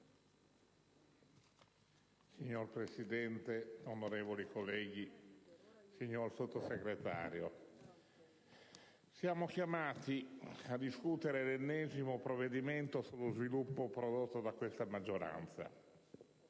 Signor Presidente, onorevoli colleghi, signor Sottosegretario, siamo chiamati a discutere l'ennesimo provvedimento sullo sviluppo prodotto da questa maggioranza